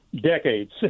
decades